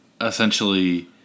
essentially